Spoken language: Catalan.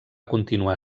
continuar